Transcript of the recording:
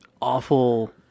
awful